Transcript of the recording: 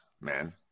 man